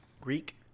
Greek